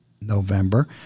november